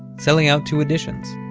selling out two editions.